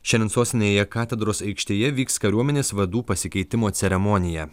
šiandien sostinėje katedros aikštėje vyks kariuomenės vadų pasikeitimo ceremonija